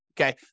okay